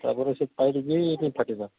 ତା'ପରେ ସେଇ ପାଇପ୍ ଦେଇ ଫିର୍ ଫାଟିବା